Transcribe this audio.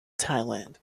thailand